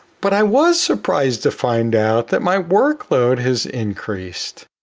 but i was surprised to find out that my workload has increased.